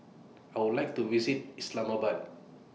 I Would like to visit Islamabad